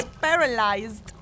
paralyzed